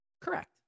Correct